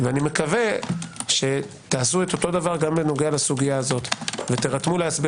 אני מקווה שתעשו אותו דבר גם בנוגע לסוגיה הזו ותירתמו להסבר